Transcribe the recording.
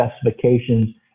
specifications